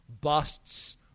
busts